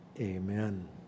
Amen